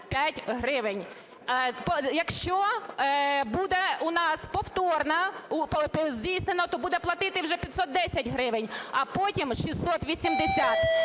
якщо буде у нас повторно здійснено, то буде платити вже 510 гривень, а потім - 680.